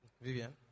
Vivian